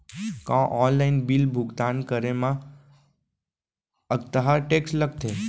का online bill भुगतान करे मा अक्तहा टेक्स लगथे?